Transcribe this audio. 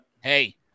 Hey